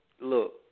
look